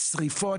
שריפות,